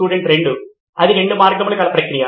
student 2 అది రెండు మార్గములు కల ప్రక్రియ